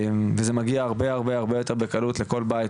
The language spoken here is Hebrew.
וזה מגיע הרבה יותר בקלות לכל בית,